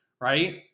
right